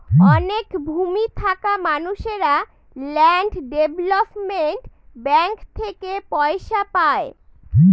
অনেক ভূমি থাকা মানুষেরা ল্যান্ড ডেভেলপমেন্ট ব্যাঙ্ক থেকে পয়সা পায়